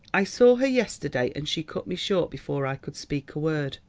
i saw her yesterday, and she cut me short before i could speak a word.